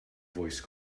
voice